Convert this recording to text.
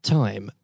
time